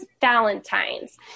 Valentine's